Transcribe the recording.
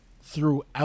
throughout